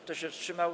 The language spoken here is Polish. Kto się wstrzymał?